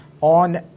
on